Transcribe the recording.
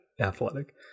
athletic